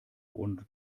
und